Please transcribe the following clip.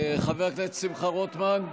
חבר הכנסת שמחה רוטמן,